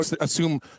assume